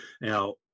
now